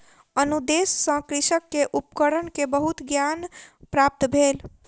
अनुदेश सॅ कृषक के उपकरण के बहुत ज्ञान प्राप्त भेल